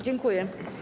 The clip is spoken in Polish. Dziękuję.